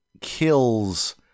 kills